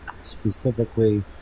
specifically